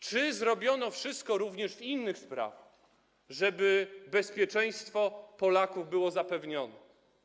Czy zrobiono wszystko również w innych sprawach, żeby bezpieczeństwo Polaków było zapewnione?